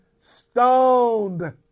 stoned